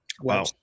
Wow